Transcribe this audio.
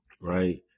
right